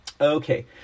Okay